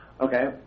Okay